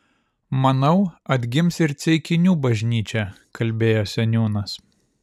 manau atgims ir ceikinių bažnyčia kalbėjo seniūnas